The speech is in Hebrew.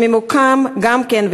שממוקם גם כן,